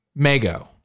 Mego